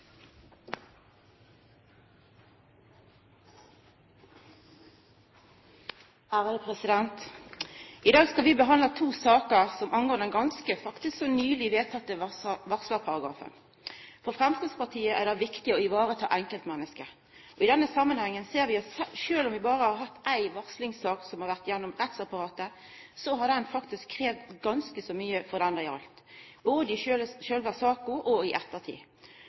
dagens regelverk. I dag skal vi behandla to saker som angår den ganske så nyleg vedtekne varslarparagrafen. For Framstegspartiet er det viktig å ta vare på enkeltmennesket. I den samanhengen ser vi at sjølv om vi berre har hatt ei varslingssak gjennom rettsapparatet, har ho faktisk kravd ganske mykje av den det gjaldt, både under sjølve saka og i ettertid.